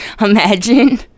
Imagine